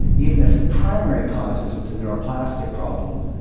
even if the primary cause isn't a neuroplastic problem,